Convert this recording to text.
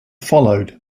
followed